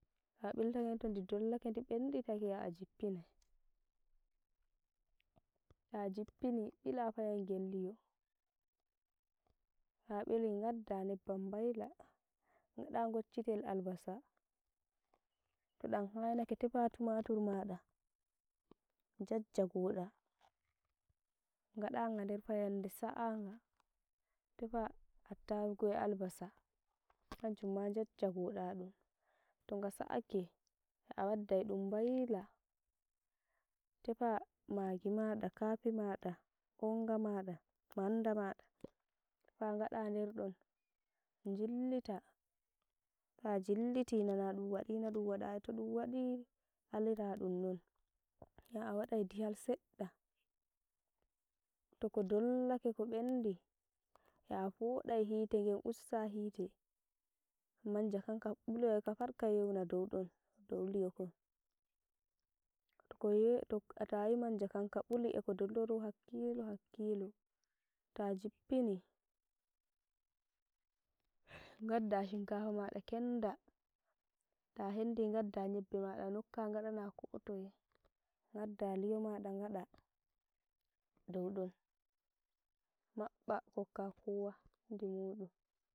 Ta billtake to ndi dollake ndi bendi take ya a jippini nai, ta jippini bila payangel li'o tabili ngadda nebbam mbaila, ngad ngoccitel albasa, to dam haainake tefa tumatur mada njajjagoda, ngadaga nder fayande sa'aga tefa altarugu e albasa hanjum ma njajjogoɗa ɗum toga sa'ake, ya a waddai ɗum gaila tefa magi maɗa kafi maɗa, onga maɗa, manda maɗa, tefa ngaɗa nder ɗon. Njillita, ta jilliti nana ɗum wadina ɗum waɗai toɗum waɗi aliraɗum non, ya a waɗai dihal seɗɗa, took dollake ko ɓendi yo afoɗai hitegen ussa hite, manja kan ka bulowai kapat ka yeuna dow don, dow li'o kon, took yo took a tayi manjakan ka ɓuli e ka dolloro hakkilo hakkilo, ta jippini ngadda shinkafa mada kenda, ta hendi ngadda nyebbe mada nokka gadana kotoye, gadda da li'o maɗa gaɗa dow ɗon, maɓɓa gokka kowa ndimuɗum.